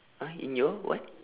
!huh! in your what